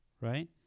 right